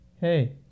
Hey